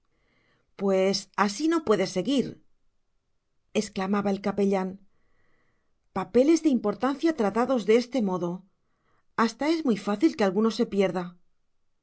pues así no puede seguir exclamaba el capellán papeles de importancia tratados de este modo hasta es muy fácil que alguno se pierda